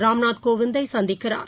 Ramnath கோவிந்தைசந்திக்கிறார்